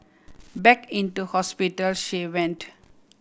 back into hospital she went